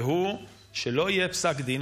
והוא שלא יהיה פסק דין,